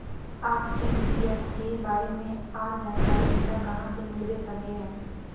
RTGS के बारे में आर जानकारी हमरा कहाँ से मिलबे सके है?